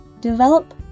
develop